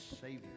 Savior